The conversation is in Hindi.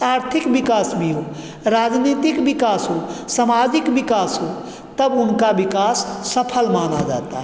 आर्थिक विकास भी हो राजनीतिक विकास हो सामाजिक विकास हो तब उनका विकास सफल माना जाता है